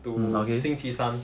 to 星期三